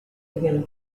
william